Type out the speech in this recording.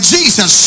Jesus